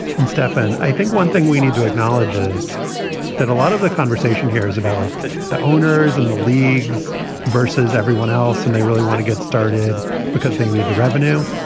and stefan, i think one thing we need to acknowledges that a lot of the conversation here is about like the owners and the leagues versus everyone else, and they really want to get started because they need the revenue.